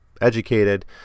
educated